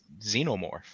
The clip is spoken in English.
xenomorph